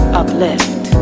uplift